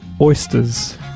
oysters